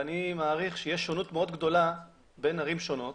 אני מעריך שיש שונות גדולה מאוד בין ערים שונות,